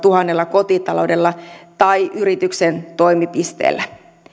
kotitaloudella tai yrityksen toimipisteellä